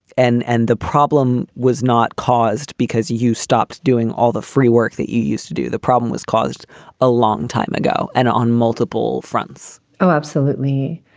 and and the problem was not caused because you stopped doing all the free work that you used to do. the problem was caused a long time ago. and on multiple fronts oh, oh, absolutely.